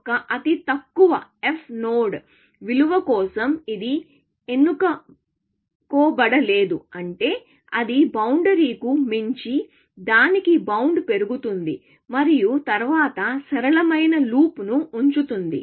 యొక్క అతి తక్కువ f నోడ్ విలువ కోసం ఇది ఎన్నుకోబడలేదు అంటే అది బౌండరీ కు మించి దానికి బౌండ్ పెరుగుతుంది మరియు తరువాత సరళమైన లూప్ను ఉంచుతుంది